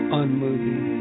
unmoving